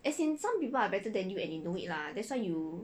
as in some people are better than you and you know it lah that's why you